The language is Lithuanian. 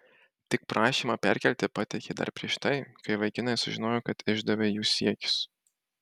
tik prašymą perkelti pateikei dar prieš tai kai vaikinai sužinojo kad išdavei jų siekius